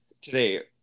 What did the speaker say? today